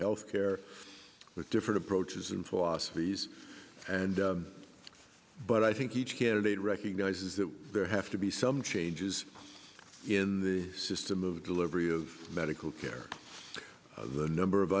health care with different approaches and philosophies and but i think each candidate recognizes that there have to be some changes in the system of delivery of medical care the number of